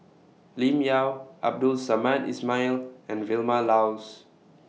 Lim Yau Abdul Samad Ismail and Vilma Laus